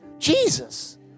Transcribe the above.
Jesus